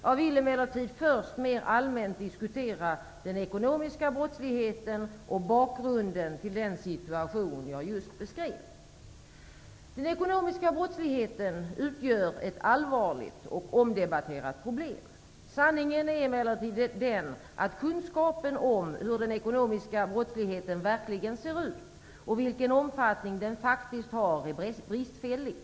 Jag vill emellertid först mer allmänt diskutera den ekonomiska brottsligheten och bakgrunden till den situation jag just beskrev. Den ekonomiska brottsligheten utgör ett allvarligt och omdebatterat problem. Sanningen är emellertid den att kunskapen om hur den ekonomiska brottsligheten verkligen ser ut, och vilken omfattning den faktiskt har, är bristfällig.